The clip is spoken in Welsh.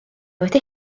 wedi